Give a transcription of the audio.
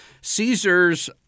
Caesar's